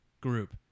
group